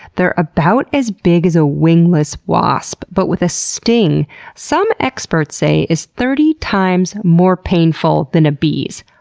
they're about as big as a wingless wasp, but with a sting some experts say is thirty times more painful than a bee's.